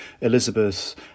Elizabeth